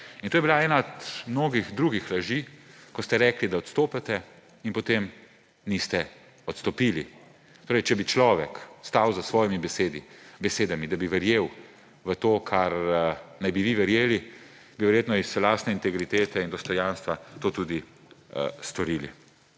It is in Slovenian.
In to je bila ena od mnogih drugih laži, ko ste rekli, da odstopate, in potem niste odstopili. Če bi človek stal za svojimi besedami, da bi verjel v to, v kar naj bi vi verjeli, bi verjetno iz lastne integritete in dostojanstva to tudi storili.